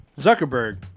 Zuckerberg